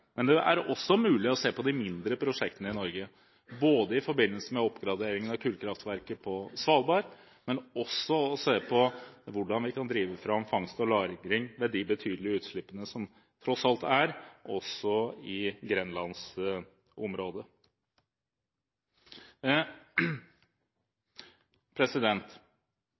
men det er også mulig å se på de mindre prosjektene i Norge i forbindelse med oppgraderingen av kullkraftverket på Svalbard og se på hvordan vi kan drive fram fangst og lagring med de betydelige utslippene som tross alt er, også i Grenlandsområdet.